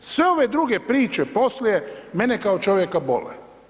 Sve ove druge priče poslije mene kao čovjeka bole.